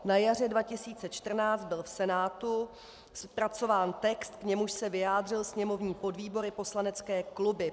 Na jaře 2014 byl v Senátu zpracován text, k němuž se vyjádřil sněmovní podvýbor i poslanecké kluby.